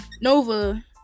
Nova